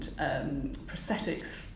prosthetics